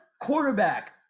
quarterback